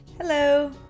Hello